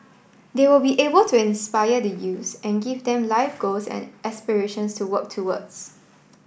they will be able to inspire the youths and give them life goals and aspirations to work towards